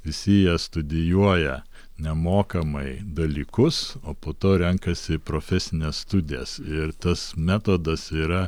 visi jie studijuoja nemokamai dalykus o po to renkasi profesines studijas ir tas metodas yra